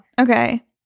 Okay